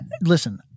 Listen